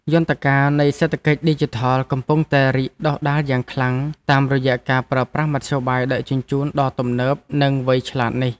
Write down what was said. យន្តការនៃសេដ្ឋកិច្ចឌីជីថលកំពុងតែរីកដុះដាលយ៉ាងខ្លាំងតាមរយៈការប្រើប្រាស់មធ្យោបាយដឹកជញ្ជូនដ៏ទំនើបនិងវៃឆ្លាតនេះ។